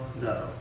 no